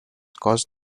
caused